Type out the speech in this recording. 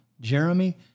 Jeremy